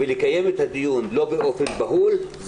ולא לקיים את הדיון באופן בהול,